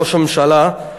ראש הממשלה,